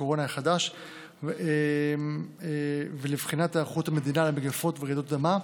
הקורונה החדש ולבחינת היערכות המדינה למגפות ורעידות אדמה: